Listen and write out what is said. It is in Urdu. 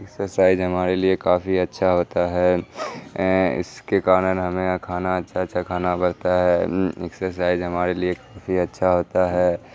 ایکسرسائز ہمارے لیے کافی اچھا ہوتا ہے اس کے کارن ہمیں یہاں کھانا اچھا اچھا کھانا پڑتا ہے ایکسرسائز ہمارے لیے کافی اچھا ہوتا ہے